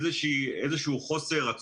היום ה-7 בחודש וב-10 בחודש יורד לי